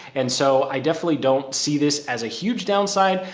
and so i definitely don't see this as a huge downside,